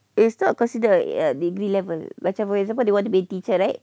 it's not considered a degree level macam for example you want to be a teacher right